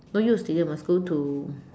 no use today must go to